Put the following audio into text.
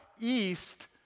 east